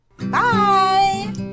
bye